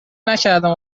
نکردم